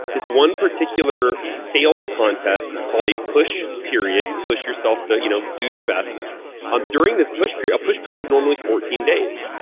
this one particular sales contest, it's called a push period. you push yourself to you know do your best um during this push period. a push period is normally fourteen days.